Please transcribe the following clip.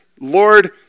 Lord